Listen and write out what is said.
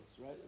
right